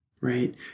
right